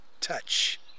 touch